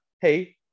Hey